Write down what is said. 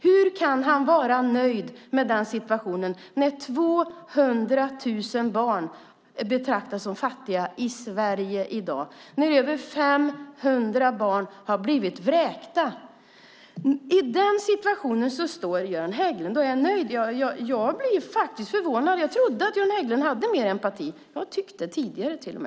Hur kan han vara nöjd med den situationen när 200 000 barn i dag betraktas som fattiga i Sverige och när över 500 barn har blivit vräkta? I den situationen står Göran Hägglund och är nöjd. Jag blir faktiskt förvånad. Jag trodde att Göran Hägglund hade mer empati. Jag har till och med tyckt det tidigare.